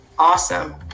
awesome